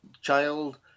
child